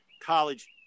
college